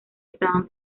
estaban